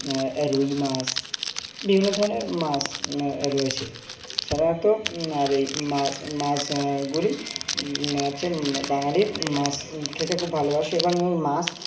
রুই মাছ বিভিন্ন ধরনের মাছ রয়েছে সাধারণত আর এই মাছগুলি হচ্ছে বাঙালি মাছ খেতে খুব ভালোবাসে এবং ওই মাছ